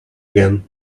again